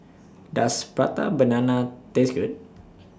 Does Prata Banana Taste Good